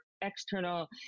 external